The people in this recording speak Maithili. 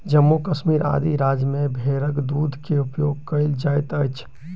जम्मू कश्मीर आदि राज्य में भेड़क दूध के उपयोग कयल जाइत अछि